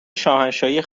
شاهنشاهی